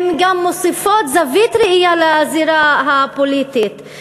הן גם מוסיפות זווית ראייה לזירה הפוליטית.